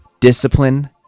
Discipline